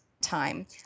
time